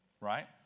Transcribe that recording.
right